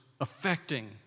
affecting